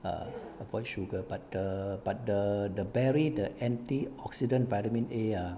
err avoid sugar but the but the the berry the antioxidant vitamin A ah